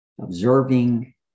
observing